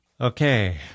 okay